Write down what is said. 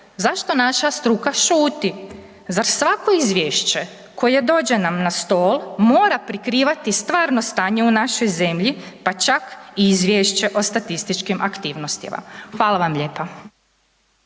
Zašto naša struka šuti? Zar svako izvješće koje dođe nam na stol mora prikrivati stvarno stanje u našoj zemlji, pa čak i izvješće o statističkim aktivnostima? Hvala vam lijepa.